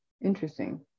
Interesting